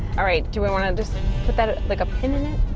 all right. do i want to understand. but that like. opinion.